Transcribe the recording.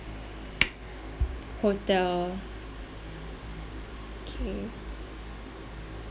hotel okay